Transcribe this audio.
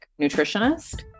nutritionist